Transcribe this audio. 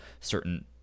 certain